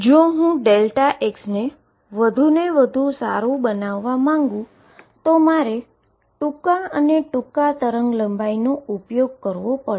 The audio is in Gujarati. જો હું Δx ને વધુ ને વધુ સારું બનાવવા માંગું છું તો મારે ટૂંકા અને ટૂંકા વેવ લેન્થનો ઉપયોગ કરવો પડશે